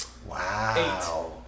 Wow